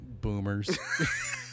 boomers